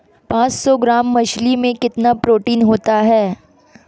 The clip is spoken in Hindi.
पांच सौ ग्राम मछली में कितना प्रोटीन होता है?